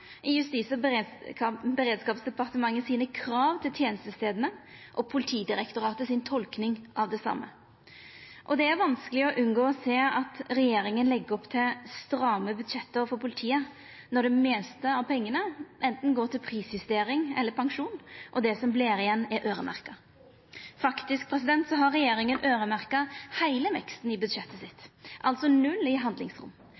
i Justis- og beredskapsdepartementets krav til tenestestadane, og Politidirektoratets tolking av det same. Det er vanskeleg å unngå å sjå at regjeringa legg opp til stramme budsjett for politiet, når det meste av pengane enten går til prisjustering eller til pensjon, og det som vert igjen, er øyremerkt. Regjeringa har faktisk øyremerkt heile veksten i budsjettet sitt – altså null i handlingsrom.